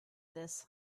this